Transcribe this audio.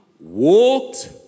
walked